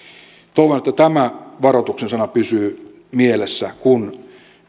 toivon että tämä varoituksen sana pysyy mielessä kun